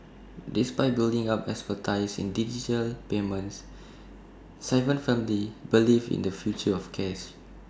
despite building up expertise in digital payments Sivan firmly believes in the future of cash